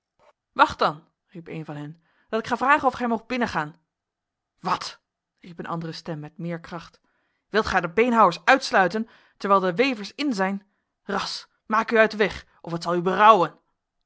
wacht dan riep een van hen dat ik ga vragen of gij moogt binnengaan wat riep een andere stem met meer kracht wilt gij er de beenhouwers uitsluiten terwijl er de wevers in zijn ras maak u uit de weg of het zal u berouwen